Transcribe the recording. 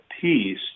peace